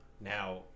Now